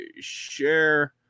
share